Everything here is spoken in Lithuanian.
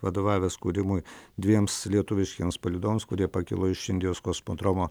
vadovavęs kūrimui dviems lietuviškiems palydovams kurie pakilo iš indijos kosmodromo